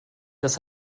dass